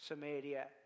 Samaria